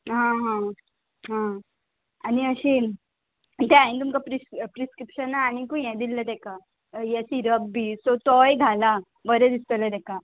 हां हां आं आनी अशी तें हांवें तुमकां प्रिस प्रिस्क्रिप्शना आनीकूय हें दिल्लें ताका हें सिरप बी सो तोय घाला बरें दिसतलें तेका